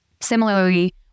Similarly